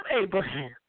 Abraham